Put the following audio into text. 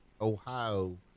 Ohio